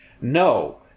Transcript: No